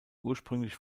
ursprünglich